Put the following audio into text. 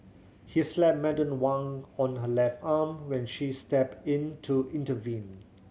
he slapped Madam Wang on her left arm when she is stepped in to intervene